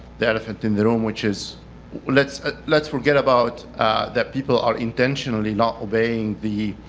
the elephant in the room, which is let's ah let's forget about that people are intentionally not obeying the